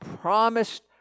promised